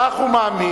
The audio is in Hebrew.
כך הוא האמין